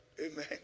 Amen